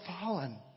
fallen